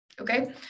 Okay